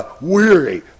Weary